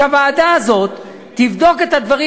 שהוועדה הזאת תבדוק את הדברים.